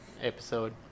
episode